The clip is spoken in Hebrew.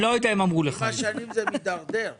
עם השנים זה מתדרדר גם.